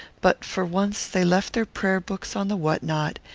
but for once they left their prayer-books on the what-not,